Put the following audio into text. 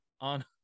on